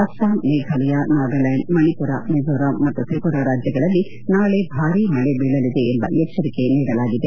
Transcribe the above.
ಅಸ್ಲಾಂ ಮೇಘಾಲಯ ನಾಗಾಲ್ಡಾಂಡ್ ಮಣಿಪುರ ಮಿಜಾರಾಂ ಮತ್ತು ತ್ರಿಪುರ ರಾಜ್ಯಗಳಲ್ಲಿ ನಾಳೆ ಭಾರೀ ಮಳೆ ಬೀಳಲಿದೆ ಎಂಬ ಎಚ್ಲರಿಕೆ ನೀಡಲಾಗಿದೆ